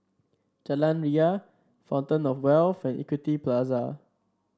Jalan Ria Fountain Of Wealth and Equity Plaza